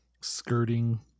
skirting